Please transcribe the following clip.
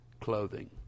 clothing